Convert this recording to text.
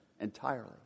entirely